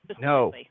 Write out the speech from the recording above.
no